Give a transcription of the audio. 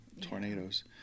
tornadoes